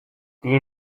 die